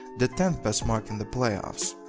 the tenth best mark in the playoffs.